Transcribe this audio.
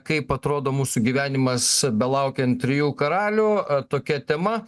kaip atrodo mūsų gyvenimas belaukiant trijų karalių tokia tema